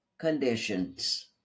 conditions